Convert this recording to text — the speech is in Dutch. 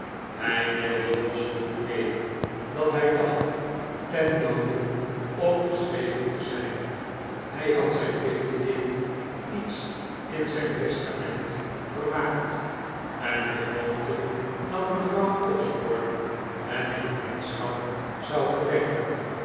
hij deelde jos toen mee dat hij dacht ten doode opgeschreven te zijn hij had zijn peetkind iets in zijn testament vermaakt en hij hoopte dat mevrouw osborne hem in vriendschap zou gedenken